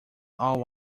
all